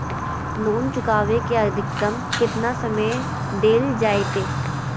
Loan चुकाबे के अधिकतम केतना समय डेल जयते?